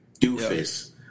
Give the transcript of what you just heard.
doofus